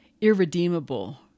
irredeemable